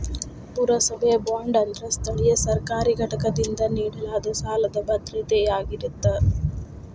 ಪುರಸಭೆಯ ಬಾಂಡ್ ಅಂದ್ರ ಸ್ಥಳೇಯ ಸರ್ಕಾರಿ ಘಟಕದಿಂದ ನೇಡಲಾದ ಸಾಲದ್ ಭದ್ರತೆಯಾಗಿರತ್ತ